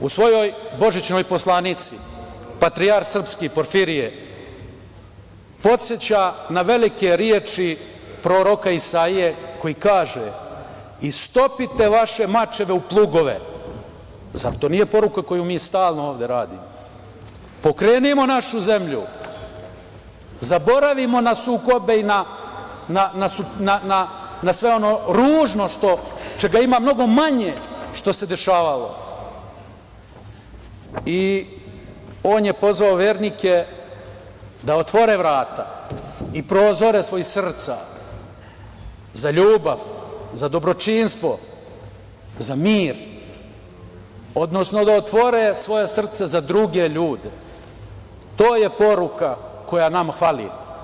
U svojoj božićnoj poslanici patrijarh srpski Porfirije podseća na velike reči proroka Isaije koji kaže – istopite vaše mačeve u plugove, zar to nije poruka koju mi stalno ovde radimo, pokrenimo našu zemlju, zaboravimo na sukobe i na sve ono ružno čega ima mnogo manje što se dešavalo, i on je pozvao vernike da otvore vrata i prozore svojih srca za ljubav, za dobročinstvo, za mir, odnosno da otvore svoja srca za druge ljude, to je poruka koja nam fali.